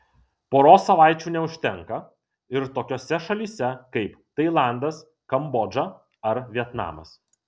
poros savaičių neužtenka ir tokiose šalyse kaip tailandas kambodža ar vietnamas